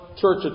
church